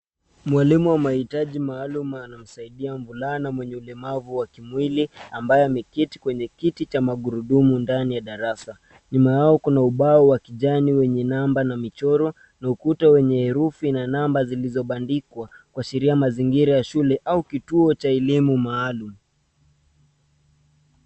Mwalimu wa mahitaji maalum anamsaidia mvulana mwenye ulemavu wa kimwili ambaye ameketi kwenye kiti cha magurudumu ndani ya darasa. Nyuma yao kuna ubao wa kijani wenye namba na michoro na ukuta wenye rufu yenye namba zilizobandikwa kuashiria mazingira ya shule au kituo cha elimu maalum.